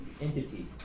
entity